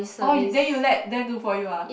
orh then then you let them do for you ah